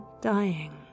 dying